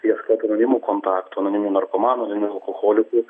ieškot anonimų kontaktų anoniminių narkomanų anoniminių alkoholikų